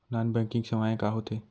non banking सेवाएं का होथे